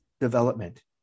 development